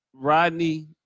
Rodney